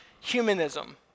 humanism